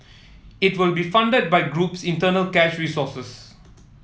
it will be funded by group's internal cash resources